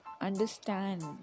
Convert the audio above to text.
understand